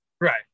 Right